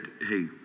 hey